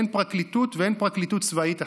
אין פרקליטות ואין פרקליטות צבאית אחרת.